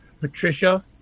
patricia